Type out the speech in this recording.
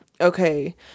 okay